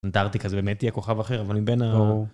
אנטארקטיקה זה באמת יהיה כוכב אחר אבל מבין.